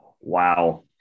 Wow